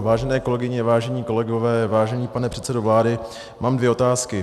Vážené kolegyně, vážení kolegové, vážený pane předsedo vlády, mám dvě otázky.